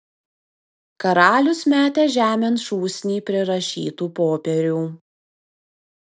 karalius metė žemėn šūsnį prirašytų popierių